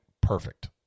perfect